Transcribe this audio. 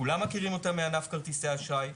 וכולם מכירים אותה מענף כרטיסי האשראי: